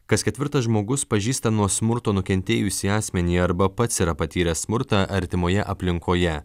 kas ketvirtas žmogus pažįsta nuo smurto nukentėjusį asmenį arba pats yra patyręs smurtą artimoje aplinkoje